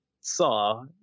saw